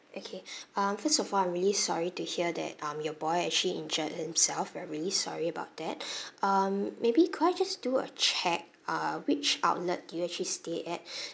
okay um first of all I'm really sorry to hear that um your boy actually injured himself I'm really sorry about that um maybe could I just do a check uh which outlet do you actually stay at